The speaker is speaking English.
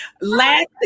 Last